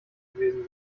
gewesen